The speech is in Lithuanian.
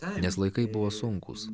nes laikai buvo sunkūs